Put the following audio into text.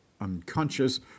unconscious